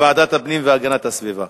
לוועדת הפנים והגנת הסביבה.